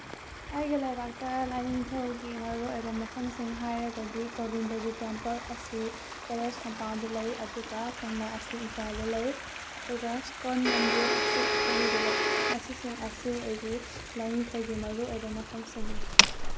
ꯑꯩꯒꯤ ꯂꯩꯕꯥꯛꯇ ꯂꯥꯏꯅꯤꯡꯊꯧꯒꯤ ꯃꯔꯨ ꯑꯣꯏꯕ ꯃꯐꯝꯁꯤꯡ ꯍꯥꯏꯔꯒꯗꯤ ꯒꯣꯕꯤꯟꯗꯖꯤ ꯇꯦꯝꯄꯜ ꯑꯁꯤ ꯄꯦꯂꯦꯁ ꯀꯝꯄꯥꯎꯟꯗ ꯂꯩ ꯑꯗꯨꯒ ꯀꯪꯂꯥ ꯑꯁꯤ ꯏꯝꯐꯥꯜꯗ ꯂꯩ ꯑꯗꯨꯒ ꯏꯁꯀꯣꯟ ꯃꯟꯗꯤꯔ ꯑꯁꯤ ꯘꯔꯤꯗ ꯂꯩ ꯃꯁꯤꯁꯤꯡ ꯑꯁꯤ ꯑꯩꯒꯤ ꯂꯥꯏꯅꯤꯡꯊꯧꯒꯤ ꯃꯔꯨ ꯑꯣꯏꯕ ꯃꯐꯝꯁꯤꯡꯅꯤ